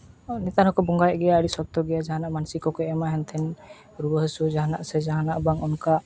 ᱱᱮᱛᱟᱨ ᱦᱚᱸᱠᱚ ᱵᱚᱸᱜᱟᱭᱮᱫ ᱜᱮᱭᱟ ᱟᱹᱰᱤ ᱥᱚᱠᱛᱚ ᱜᱮ ᱡᱟᱦᱟᱱᱟᱜ ᱢᱟᱹᱱᱥᱤᱠ ᱠᱚᱠᱚ ᱮᱢᱟ ᱦᱮᱱᱛᱮᱱ ᱨᱩᱣᱟᱹᱼᱦᱟᱹᱥᱩ ᱡᱟᱦᱟᱱᱟᱜ ᱥᱮ ᱡᱟᱦᱟᱱᱟᱜ ᱵᱟᱝ ᱚᱱᱠᱟ